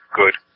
good